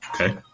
Okay